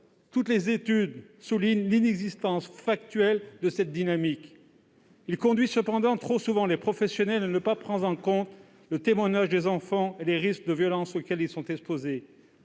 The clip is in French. toutes les études soulignent l'inexistence factuelle d'une telle dynamique. Ce concept conduit pourtant trop souvent les professionnels à ne pas prendre en compte le témoignage des enfants et les risques de violences auxquels ils sont exposés.